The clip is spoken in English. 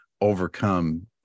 overcome